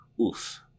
oof